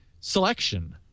selection